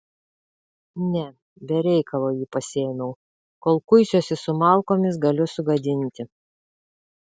ne be reikalo jį pasiėmiau kol kuisiuosi su malkomis galiu sugadinti